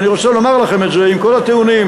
ואני רוצה לומר לכם, עם כל הטיעונים,